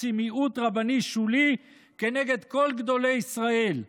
עם מיעוט רבני שולי כנגד כל גדולי ישראל,